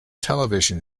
television